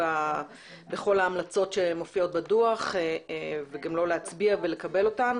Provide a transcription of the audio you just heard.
בכל ההמלצות המופיעות בדו"ח וגם לא להצביע ולקבל אותן,